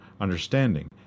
understanding